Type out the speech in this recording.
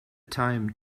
time